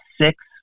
six